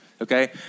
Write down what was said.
okay